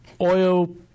oil